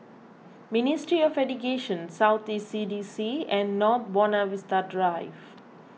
Ministry of Education South East C D C and North Buona Vista Drive